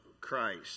Christ